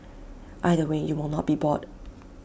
either way you will not be bored